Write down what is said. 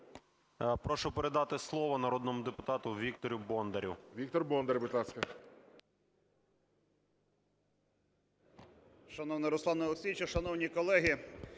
Прошу передати слово народному депутата Віктору Бондарю. ГОЛОВУЮЧИЙ. Віктор Бондар, будь ласка.